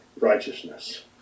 Righteousness